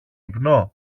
ύπνο